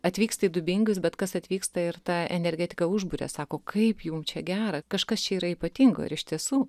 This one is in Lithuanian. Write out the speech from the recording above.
atvyksta į dubingius bet kas atvyksta ir ta energetika užburia sako kaip jums čia gera kažkas čia yra ypatingo ir iš tiesų